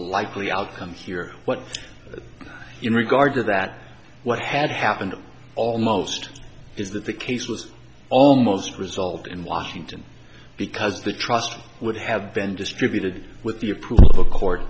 likely outcome here what in regard to that what had happened almost is that the case was almost result in washington because the trust would have been distributed with the approval of a co